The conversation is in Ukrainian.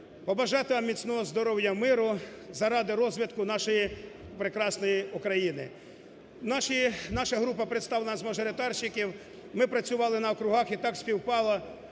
побажати вам міцного здоров'я, миру, заради розвитку нашої прекрасної України. Наша група представлена з мажоритарщиків, ми працювали на округах і так співпало,